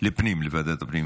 לוועדת הפנים.